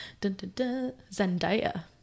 Zendaya